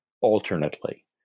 alternately